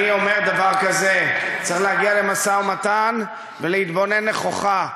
אני אומר דבר כזה: צריך להגיע למשא-ומתן ולהתבונן נכוחה,